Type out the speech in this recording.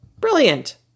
Brilliant